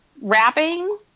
wrapping